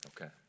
Okay